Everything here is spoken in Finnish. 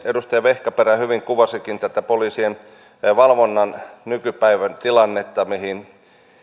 edustaja vehkaperä hyvin kuvasikin tätä poliisien valvonnan nykypäivän tilannetta mihin